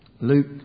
Luke